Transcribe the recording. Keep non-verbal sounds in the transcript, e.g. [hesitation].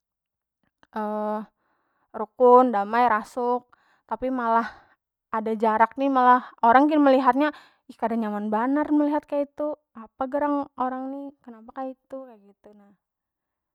[hesitation] rukun, damai, rasuk tapi malah ada jarak ni malah orang gin melihatnya ih kada nyaman banar melihat kaitu apa gerang orang ni kenapa kaitu kek gitu nah.